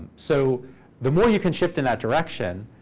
so the more you can shift in that direction,